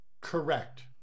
Correct